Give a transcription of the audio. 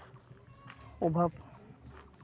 ᱚᱵᱷᱟᱵᱽ